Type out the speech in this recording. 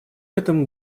этом